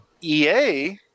EA